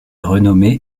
renommée